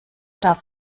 darf